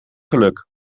geluk